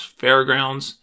fairgrounds